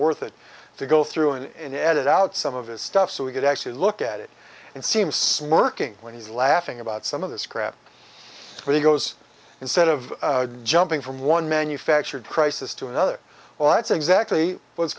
worth it to go through and edit out some of his stuff so we could actually look at it and seems smirking when he's laughing about some of this crap where he goes instead of jumping from one manufactured crisis to another well that's exactly what's